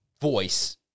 voice